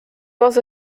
was